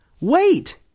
Wait